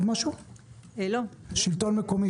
יש נציג מהשלטון המקומי?